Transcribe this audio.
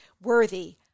Worthy